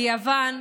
ביוון,